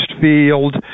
Field